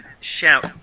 shout